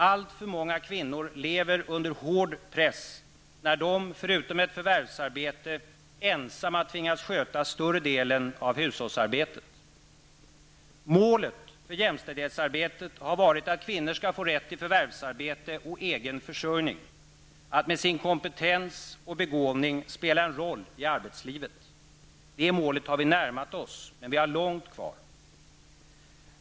Alltför många kvinnor lever under hård press när de, förutom ett förvärvsarbete, ensamma tvingas sköta större delen av hushållsarbetet. Målet för jämställdhetsarbetet har varit att kvinnor skulle få rätt till förvärvsarbete och egen försörjning, att med sin kompetens och begåvning spela en roll i arbetslivet. Det målet har vi närmat oss, men vi har långt kvar.